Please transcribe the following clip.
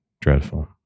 dreadful